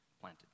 planted